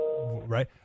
right